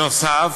נוסף